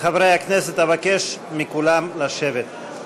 חברי הכנסת, אבקש מכולם לשבת.